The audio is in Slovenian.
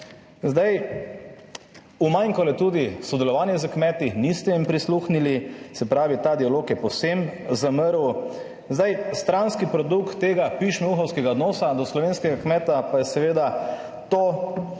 Zdaj umanjkalo je tudi sodelovanje s kmeti, niste jim prisluhnili, se pravi, ta dialog je povsem zamrl. Zdaj, stranski produkt tega »pišmevuhovskega« odnosa do slovenskega kmeta pa je seveda to,